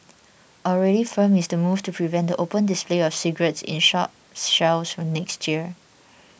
already firm is the move to prevent the open display of cigarettes in shop shelves from next year